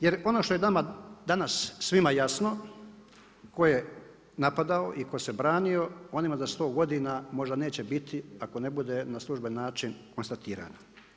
Jer ono što je nama danas svima jasno tko je napadao i tko se branio, onima za 100 godina možda neće biti ako ne bude na služben način konstatirana.